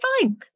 fine